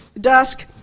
dusk